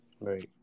Right